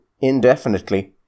indefinitely